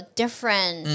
different